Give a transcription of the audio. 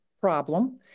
problem